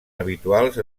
habituals